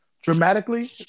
dramatically